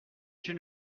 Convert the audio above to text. une